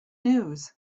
news